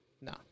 No